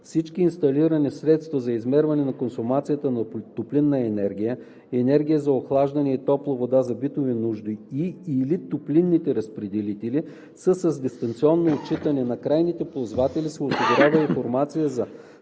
всички инсталирани средства за измерване на консумацията на топлинна енергия, енергия за охлаждане или топла вода за битови нужди и/или топлинните разпределители са с дистанционно отчитане, на крайните ползватели се осигурява информация за